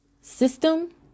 system